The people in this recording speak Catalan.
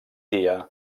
dia